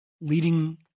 leading